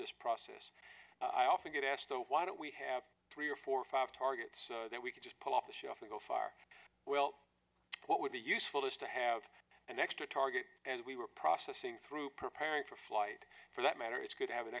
this process i often get asked oh why don't we have three or four or five targets that we could just pull off the shelf and go far well what would be useful is to have an extra target and we were processing through preparing for flight for that matter it's good to have an